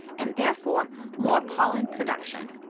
and therefore more pollen production.